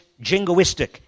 jingoistic